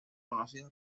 conocidos